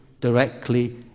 directly